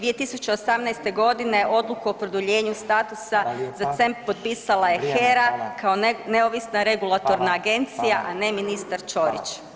2018. g. odluku o produljenu statusa [[Upadica: Hvala lijepa.]] za CEM potpisala je HERA kao neovisna [[Upadica: Hvala.]] regulatorna agencija, [[Upadica: Hvala.]] a ne ministar Ćorić.